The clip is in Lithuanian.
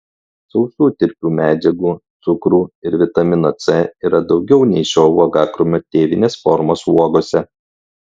sausų tirpių medžiagų cukrų ir vitamino c yra daugiau nei šio uogakrūmio tėvinės formos uogose